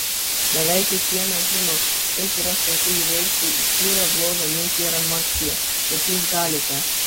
beveik kiekvienas žino kaip yra sunku įveikti įkyrią blogą mintį ar emociją bet jūs galite